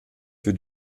für